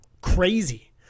crazy